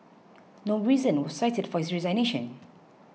no reason was cited for his resignation